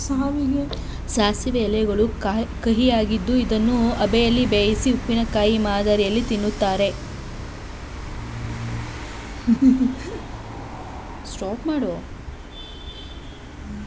ಸಾಸಿವೆ ಎಲೆಗಳು ಕಹಿಯಾಗಿದ್ದು ಇದನ್ನು ಅಬೆಯಲ್ಲಿ ಬೇಯಿಸಿ ಉಪ್ಪಿನಕಾಯಿ ಮಾದರಿಯಲ್ಲಿ ತಿನ್ನುತ್ತಾರೆ